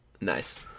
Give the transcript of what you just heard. Nice